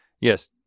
yes